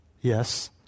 yes